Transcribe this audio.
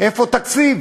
איפה התקציב,